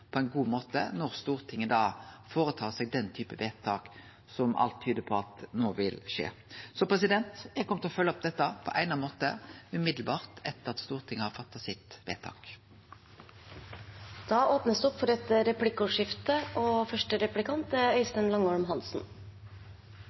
på ein god måte når Stortinget føretar seg den typen vedtak som alt tyder på at no vil skje. Så eg kjem til å følgje opp dette på eigna måte omgåande etter at Stortinget har gjort sitt vedtak. Det blir replikkordskifte. Jeg kom i skade for